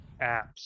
apps